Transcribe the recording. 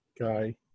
guy